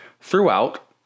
Throughout